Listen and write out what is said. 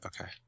Okay